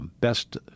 best